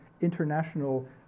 international